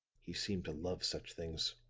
he seemed to love such things.